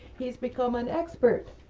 he's become an expert,